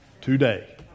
today